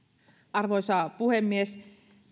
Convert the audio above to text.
arvoisa puhemies